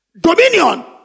Dominion